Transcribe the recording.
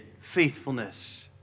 faithfulness